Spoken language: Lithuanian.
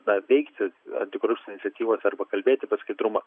na veikti antikorupcinėse iniciatyvose arba kalbėti apie skaidrumą